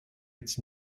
its